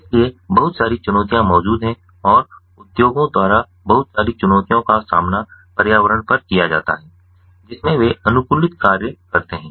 इसलिए बहुत सारी चुनौतियाँ मौजूद हैं और उद्योगों द्वारा बहुत सारी चुनौतियों का सामना पर्यावरण पर किया जाता है जिसमें वे अनुकूलित कार्य करते हैं